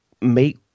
make